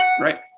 right